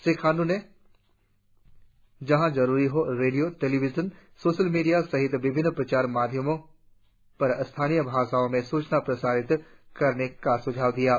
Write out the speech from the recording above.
श्री खांडू ने जहाँ जरुरी हो रेडियो टेलिविजन सोशल मीडिया सहित विभिन्न प्रचार माध्यम पर स्थानीय भाषाओ में सूचनाए प्रसारित करने का सुझाव दिया है